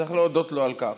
וצריך להודות לו על כך.